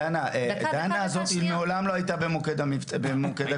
דנה הזאתי מעולם לא הייתה במוקד הכוננים.